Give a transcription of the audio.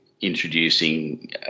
introducing